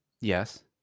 Yes